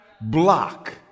block